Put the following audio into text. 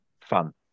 fun